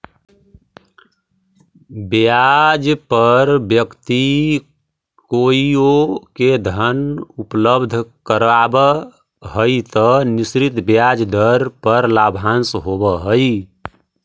ब्याज पर व्यक्ति कोइओ के धन उपलब्ध करावऽ हई त निश्चित ब्याज दर पर लाभांश होवऽ हई